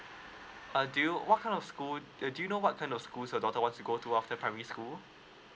err do you what kind of school err do you know what kind of school your daughter want to go to after primary school